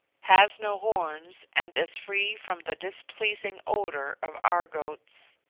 has no horns, and is free from the displeasing odour of our goats.